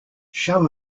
show